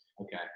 Okay